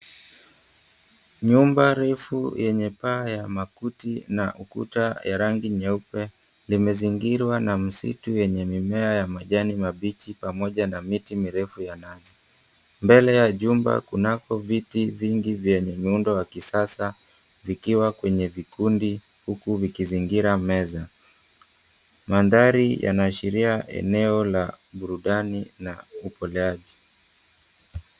Nyumba refu yenye paa ya makuti na ukuta ya rangi nyeupe limezingirwa na msitu yenye mimea ya majani mabichi pamoja na miti mirefu ya nazi. Mbele ya jumba kunako viti vingi vyenye muundo wa kisasa vikiwa kwenye vikundi huku vikizingira meza. Mandhari yana ashiria eneo la burudani na upondaji.